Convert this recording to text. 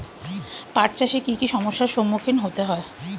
পাঠ চাষে কী কী সমস্যার সম্মুখীন হতে হয়?